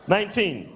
Nineteen